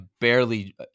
barely